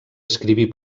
escriví